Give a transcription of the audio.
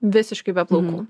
visiškai be plaukų